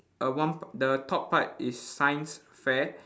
a one p~ the top part is science fair